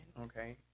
Okay